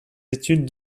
études